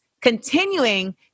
continuing